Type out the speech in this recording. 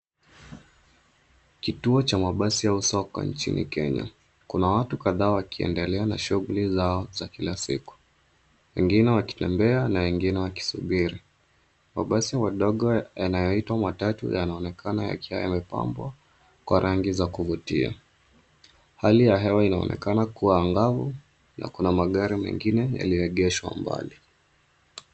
Kituo cha mabasi au soko nchini Kenya. Kuna watu kadhaa wakiendelea na shughuli zao za kila siku. Wengine wakitembea na wengine wakisubiri. Mabasi madogo yanayoitwa matatu yanaonekana yakiwa yamepambwa kwa rangi za kuvutia. Hali ya hewa inaonekana kuwa angavu na kuna magari mengine yaliyoeegeshwa mbali.